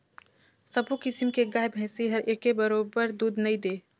सबो किसम के गाय भइसी हर एके बरोबर दूद नइ दे